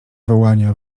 wołania